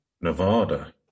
Nevada